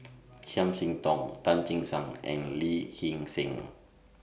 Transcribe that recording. Chiam See Tong Tan Che Sang and Lee Hee Seng